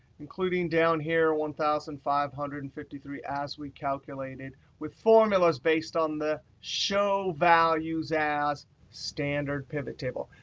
including down here, one thousand five hundred and fifty three as we calculated with formulas based on the show values as standard pivot table.